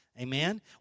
Amen